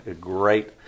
Great